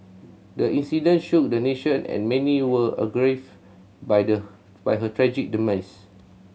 the incident shook the nation and many were aggrieve by the by her tragic demise